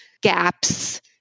gaps